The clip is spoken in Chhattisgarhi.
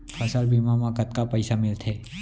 फसल बीमा म कतका पइसा मिलथे?